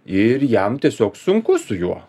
ir jam tiesiog sunku su juo